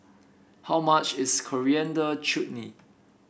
how much is Coriander Chutney